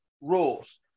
rules